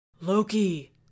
Loki